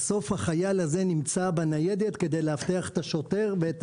בסוף החייל הזה נמצא בניידת כדי לאבטח את השוטר ואת